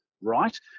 right